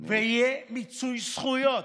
ויהיה מיצוי זכויות.